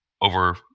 over